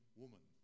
woman